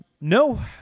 No